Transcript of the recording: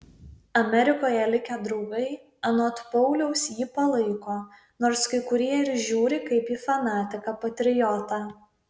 amerikoje likę draugai anot pauliaus jį palaiko nors kai kurie ir žiūri kaip į fanatiką patriotą